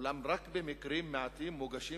אולם רק במקרים מועטים מוגשים